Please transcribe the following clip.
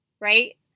Right